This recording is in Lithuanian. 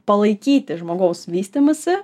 palaikyti žmogaus vystymąsi